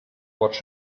watch